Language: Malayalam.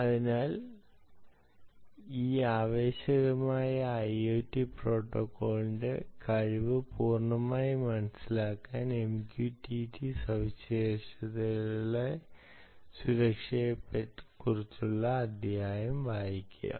അതിനാൽ ഈ ആവേശകരമായ IoT പ്രോട്ടോക്കോളിന്റെ കഴിവ് പൂർണ്ണമായും മനസിലാക്കാൻ MQTT സവിശേഷതയിലെ സുരക്ഷയെക്കുറിച്ചുള്ള അധ്യായം വായിക്കുക